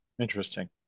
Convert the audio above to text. Interesting